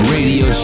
Radio